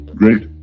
great